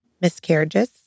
miscarriages